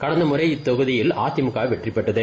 கடந்த முறை இந்த தொகுதியில் அஇதிமுக வெற்றி பெற்றது